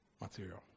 Material